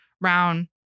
round